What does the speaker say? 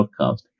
podcast